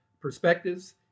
perspectives